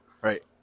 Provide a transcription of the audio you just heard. Right